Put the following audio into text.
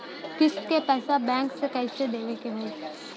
किस्त क पैसा बैंक के कइसे देवे के होई?